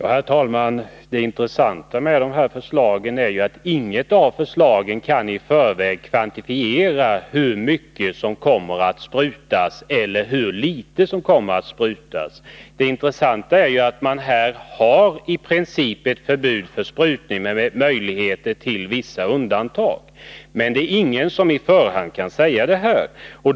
Herr talman! Det intressanta med dessa förslag är att inte något av dem i förväg kvantifierar hur mycket eller hur litet som kommer att sprutas. Det intressanta är att man i princip har ett förbud mot sprutning, men med möjligheter till vissa undantag. Det är ingen som på förhand kan säga hur det kommer att bli.